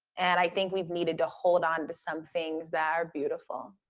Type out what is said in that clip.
and i think we've needed to hold on to some things that are beautiful.